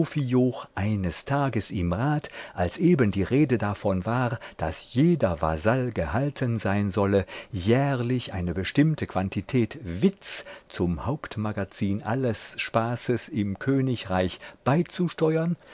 eines tages im rat als eben die rede davon war daß jeder vasall gehalten sein solle jährlich eine bestimmte quantität witz zum hauptmagazin alles spaßes im königreich beizusteuern